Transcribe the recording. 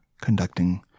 conducting